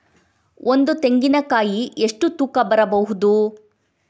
ಒಂದು ತೆಂಗಿನ ಕಾಯಿ ಎಷ್ಟು ತೂಕ ಬರಬಹುದು?